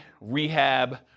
rehab